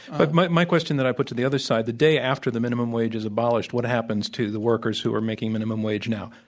but my my question that i put to the other side, the day after the minimum wage is abolished, what happens to the workers who are making minimum wage now?